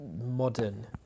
modern